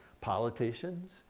politicians